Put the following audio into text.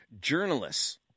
Journalists